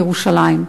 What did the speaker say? בירושלים.